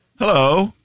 Hello